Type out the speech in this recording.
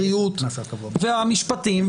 הבריאות והמשפטים,